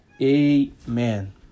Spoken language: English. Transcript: Amen